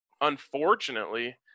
unfortunately